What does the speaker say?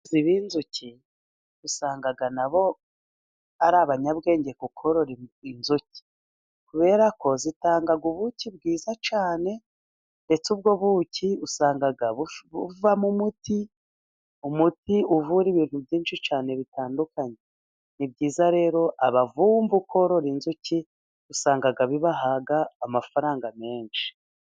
Aborozi b'inzuki usanga na bo ari abanyabwenge kukorora inzuki kuberako zitanga ubuki bwiza cyane, ndetse ubwo buki usanga buvamo umuti, umuti uvura ibintu byinshi cyane bitandukanye. Ni byiza rero abavumvu korora inzuki usanga bibaha amafaranga menshi.